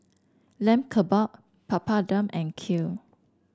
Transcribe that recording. Lamb Kebab Papadum and Kheer